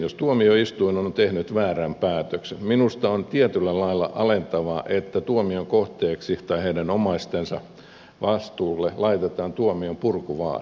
jos tuomioistuin on tehnyt väärän päätöksen minusta on tietyllä lailla alentavaa että tuomion kohteelle tai heidän omaistensa vastuulle laitetaan tuomion purkuvaade